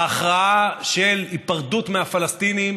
ההכרעה של היפרדות מהפלסטינים